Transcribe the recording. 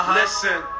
listen